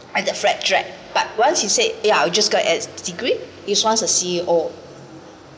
I the fred drag but once you say yeah I will just go at degree his wants a C_E_O